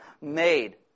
made